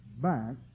back